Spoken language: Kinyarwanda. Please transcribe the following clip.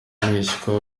mwishywa